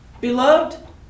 Beloved